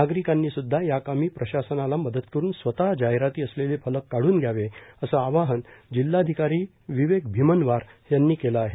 नागरिकांनी स्ध्दा याकामी प्रशासनाला मदत करुन स्वतः जाहिराती असलेले फलक काढून घ्यावे असं आवाहन जिल्हाधिकारी विवेक भिमनवार यांनी केलं आहे